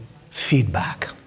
feedback